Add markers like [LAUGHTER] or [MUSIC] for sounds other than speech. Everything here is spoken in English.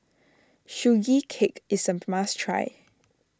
Sugee Cake is a [UNINTELLIGIBLE] must try